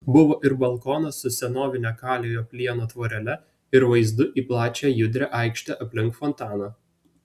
buvo ir balkonas su senovine kaliojo plieno tvorele ir vaizdu į plačią judrią aikštę aplink fontaną